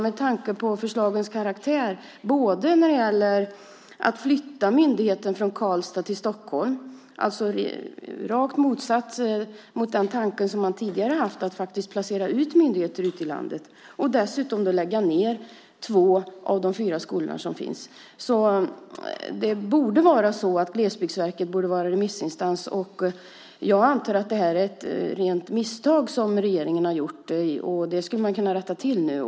Med tanke på förslagens karaktär, att flytta myndigheten från Karlstad till Stockholm i skarp motsättning till den tanke som man tidigare haft att placera ut myndigheter ute i landet och att dessutom vilja lägga ned två av de fyra skolor som finns, borde Glesbygdsverket vara remissinstans. Jag antar att det är ett rent misstag som regeringen har gjort. Det skulle man kunna rätta till nu.